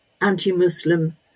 anti-Muslim